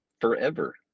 forever